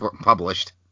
published